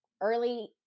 early